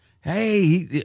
Hey